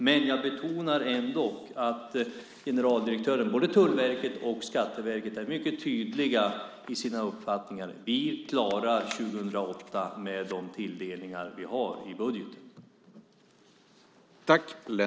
Men jag betonar ändock att generaldirektörerna i både Tullverket och Skatteverket är mycket tydliga i sina uppfattningar, nämligen att de klarar 2008 med de tilldelningar som finns i budgeten.